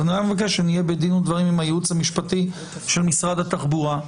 אז אני רק מבקש שנהיה בדין ודברים עם הייעוץ המשפטי של משרד התחבורה,